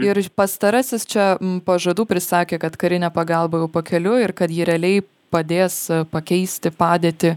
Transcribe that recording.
ir pastarasis čia pažadų prisakė kad karinė pagalba jau pakeliui ir kad ji realiai padės pakeisti padėtį